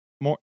more